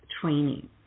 training